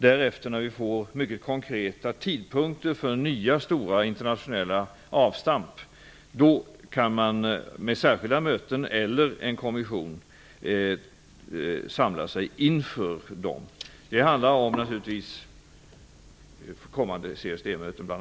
Därefter, när vi får mycket konkreta tidpunkter för nya stora internationella avstamp, kan vi med särskilda möten eller en kommission samla oss inför dem. Det handlar naturligtvis om kommande CSD